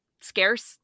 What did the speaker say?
scarce